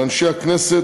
לאנשי הכנסת,